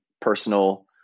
personal